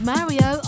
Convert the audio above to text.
Mario